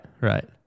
right